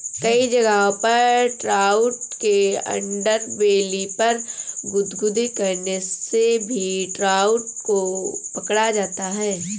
कई जगहों पर ट्राउट के अंडरबेली पर गुदगुदी करने से भी ट्राउट को पकड़ा जाता है